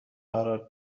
قرار